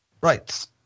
Right